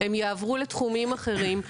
והם יעברו לתחומים אחרים.